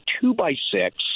two-by-six